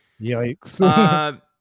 Yikes